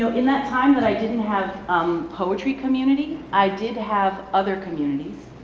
so in that time that i didn't have um poetry community, i did have other communities.